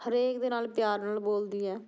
ਹਰੇਕ ਦੇ ਨਾਲ ਪਿਆਰ ਨਾਲ ਬੋਲਦੀ ਹੈ